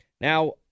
Now